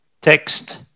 text